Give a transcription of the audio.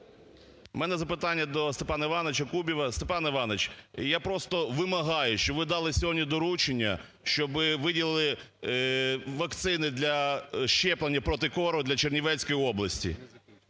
У мене запитання до Степана ІвановичаКубіва. Степан Іванович, я просто вимагаю, щоб ви дали сьогодні доручення, щоб виділили вакцини для щеплення проти кору для Чернівецької області.